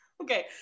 Okay